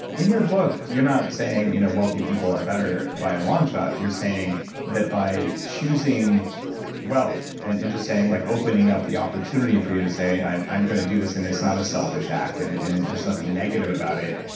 in your book you're not saying you know wealthy people are better by a long shot, you're saying that by choosing wealth and and just saying, like opening up the opportunity for you to say i i am going to do this and it's not a selfish act and and and there's nothing negative about it,